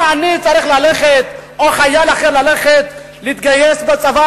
למה אני או חייל אחר צריך ללכת להתגייס לצבא,